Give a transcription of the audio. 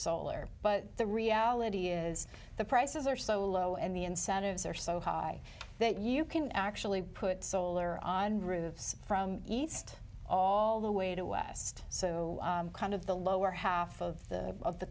solar but the reality is the prices are so low and the incentives are so high that you can actually put solar on roofs from east all the way to west so kind of the lower half of the of the